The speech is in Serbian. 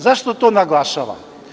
Zašto to naglašavam?